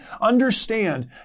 understand